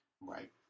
Right